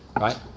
Right